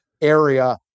area